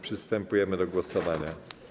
Przystępujemy do głosowania.